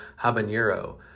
Habanero